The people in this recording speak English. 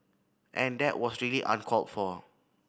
and that was really uncalled for